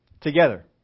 together